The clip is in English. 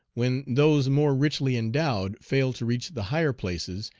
when those more richly endowed fail to reach the higher places,